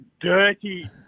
dirty